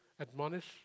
admonish